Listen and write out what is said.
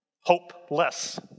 hopeless